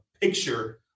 picture